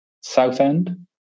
Southend